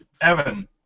Evan